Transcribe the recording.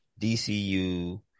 DCU